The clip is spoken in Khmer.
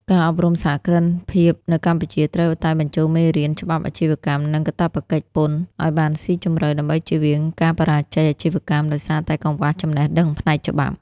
ការអប់រំសហគ្រិនភាពនៅកម្ពុជាត្រូវតែបញ្ចូលមេរៀន "ច្បាប់អាជីវកម្ម និងកាតព្វកិច្ចពន្ធ" ឱ្យបានស៊ីជម្រៅ ដើម្បីជៀសវាងការបរាជ័យអាជីវកម្មដោយសារតែកង្វះចំណេះដឹងផ្នែកច្បាប់។